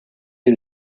est